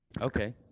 Okay